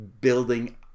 building